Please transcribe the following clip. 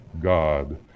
God